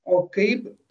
o kaip